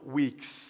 weeks